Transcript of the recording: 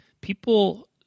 people